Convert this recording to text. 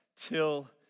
till